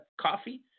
coffee